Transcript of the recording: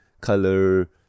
color